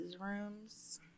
rooms